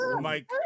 Mike